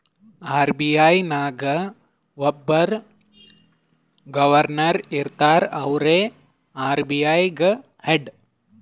RBI ನಾಗ್ ಒಬ್ಬುರ್ governor ಇರ್ತಾರ ಅವ್ರೇ ಆರ್.ಬಿ.ಐ ಗ ಹೆಡ್